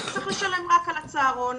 הוא צריך לשלם רק על הצהרון,